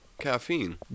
caffeine